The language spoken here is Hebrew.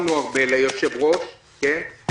ליושב-ראש - החכמנו הרבה,